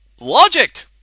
Logic